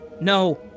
No